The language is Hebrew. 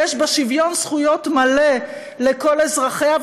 ויש בה שוויון זכויות מלא לכל אזרחיה,